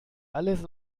alles